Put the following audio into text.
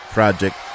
Project